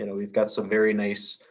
you know we've got some very nice,